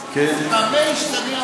אבל אם הצעת החוק שלך עוברת,